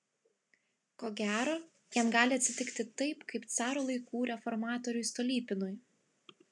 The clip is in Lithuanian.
ko gero jam gali atsitikti taip kaip caro laikų reformatoriui stolypinui